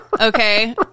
okay